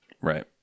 Right